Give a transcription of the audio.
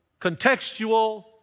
contextual